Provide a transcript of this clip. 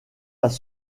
pas